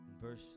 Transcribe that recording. verse